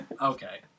Okay